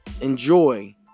enjoy